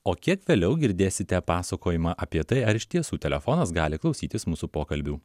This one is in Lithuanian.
o kiek vėliau girdėsite pasakojimą apie tai ar iš tiesų telefonas gali klausytis mūsų pokalbių